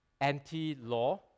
anti-law